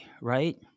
right